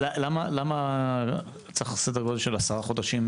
למה צריך סדר גודל של עשרה חודשים?